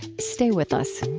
stay with us